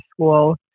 school